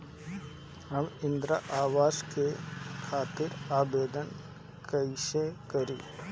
हम इंद्रा अवास के खातिर आवेदन कइसे करी?